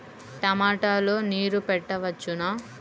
టమాట లో నీరు పెట్టవచ్చునా?